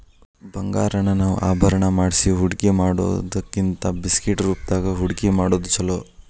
ಬಂಗಾರಾನ ನಾವ ಆಭರಣಾ ಮಾಡ್ಸಿ ಹೂಡ್ಕಿಮಾಡಿಡೊದಕ್ಕಿಂತಾ ಬಿಸ್ಕಿಟ್ ರೂಪ್ದಾಗ್ ಹೂಡ್ಕಿಮಾಡೊದ್ ಛೊಲೊ